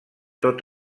tot